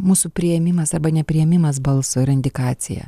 mūsų priėmimas arba nepriėmimas balso yra indikacija